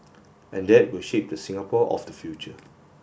and that will shape the Singapore of the future